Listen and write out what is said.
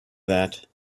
that